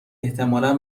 احتمالا